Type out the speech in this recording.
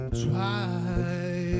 try